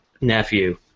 nephew